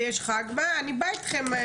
את הנתונים של עכשיו אני לא רוצה.